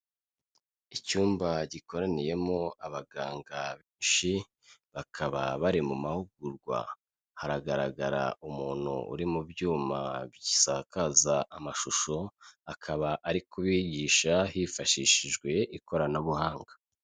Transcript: Icyumba gikoraniyemo abaganga benshi, bakaba bari mu mahugurwa, haragaragara umuntu uri mu byuma bisakaza amashusho, akaba ari kubigisha hifashishijwe ikoranabuhanga.